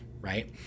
right